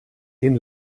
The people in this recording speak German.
den